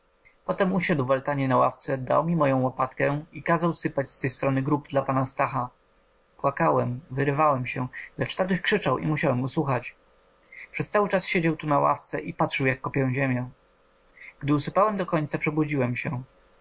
tutaj potem usiadł w altanie na ławce dał mi moją łopatkę i kazał sypać z tej strony grób dla pana stacha płakałem wyrywałem się lecz tatuś krzyczał i musiałem usłuchać przez cały czas siedział tu na ławce i patrzył jak kopię ziemię gdy usypałem do końca przebudziłem się